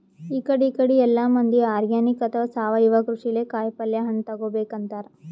ಇಕಡಿ ಇಕಡಿ ಎಲ್ಲಾ ಮಂದಿ ಆರ್ಗಾನಿಕ್ ಅಥವಾ ಸಾವಯವ ಕೃಷಿಲೇ ಕಾಯಿಪಲ್ಯ ಹಣ್ಣ್ ತಗೋಬೇಕ್ ಅಂತಾರ್